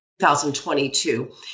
2022